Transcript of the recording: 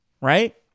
right